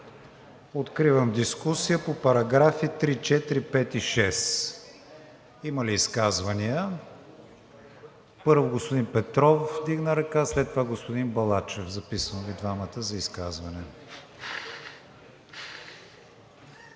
Откривам дискусия по параграфи 3, 4, 5 и 6. Има ли изказвания? Първо господин Петров вдигна ръка, след това господин Балачев. Записвам Ви двамата за изказване.